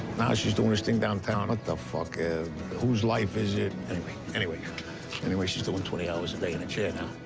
now she's doing this thing downtown what the fuck and whose life is it anyway? anyway anyway, she's doing twenty hours a day in a chair